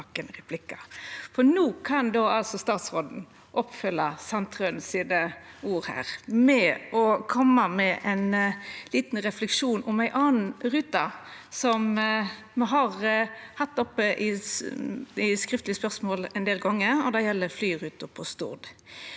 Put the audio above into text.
No kan statsråden følgja opp Sandtrøens ord med å koma med ein liten refleksjon om ei anna rute som me har teke opp i skriftleg spørsmål ein del gonger, og det gjeld flyruta på Stord.